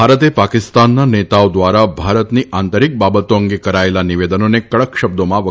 ભારતે પાકિસ્તાનના નેતાઓ દ્વારા ભારતની આંતરીક બાબતો અંગે કરેલા નિવેદનોને કડક શબ્દોમાં વખોડી કાઢયા છે